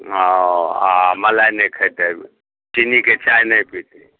औ आ मलाइ नहि खैतै चिन्नीके चाय नहि पीतै